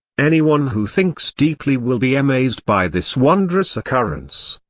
anyone who thinks deeply will be amazed by this wondrous occurrence.